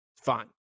fine